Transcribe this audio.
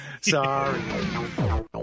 sorry